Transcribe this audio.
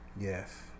Yes